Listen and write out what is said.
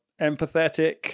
empathetic